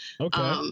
Okay